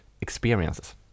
experiences